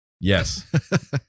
Yes